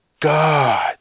God